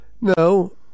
no